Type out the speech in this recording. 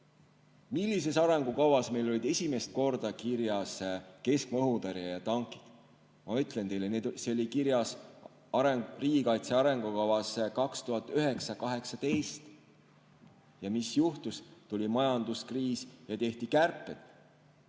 Millises arengukavas meil olid esimest korda kirjas keskmaa õhutõrje ja tankid? Ma ütlen teile, see oli kirjas riigikaitse arengukavas 2009–2018. Ja mis juhtus? Tuli majanduskriis ja tehti kärpeid.